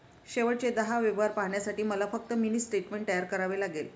शेवटचे दहा व्यवहार पाहण्यासाठी मला फक्त मिनी स्टेटमेंट तयार करावे लागेल